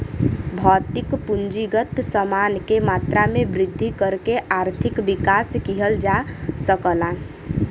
भौतिक पूंजीगत समान के मात्रा में वृद्धि करके आर्थिक विकास किहल जा सकला